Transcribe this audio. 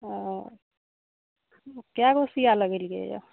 हँ कए गो सुइया लगेलियैयऽ